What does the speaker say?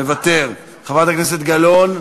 מוותר, חברת הכנסת גלאון,